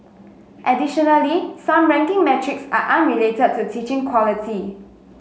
additionally some ranking metrics are unrelated to teaching quality